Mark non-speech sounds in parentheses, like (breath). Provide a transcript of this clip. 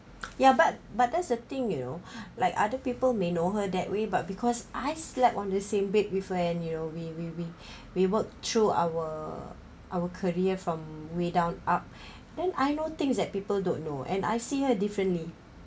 (noise) ya but but that's the thing you know (breath) like other people may know her that way but because I slept on the same bed with her and you know we we we we worked through our our career from way down up (breath) then I know things that people don't know and I see her differently